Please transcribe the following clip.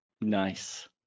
Nice